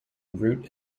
route